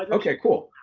like okay, cool!